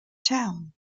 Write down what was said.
town